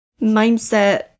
mindset